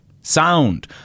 Sound